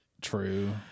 true